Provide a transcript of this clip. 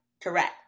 correct